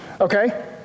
Okay